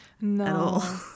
No